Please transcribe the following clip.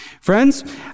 Friends